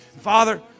Father